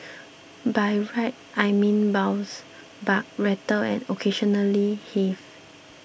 by ride I mean bounce buck rattle and occasionally heave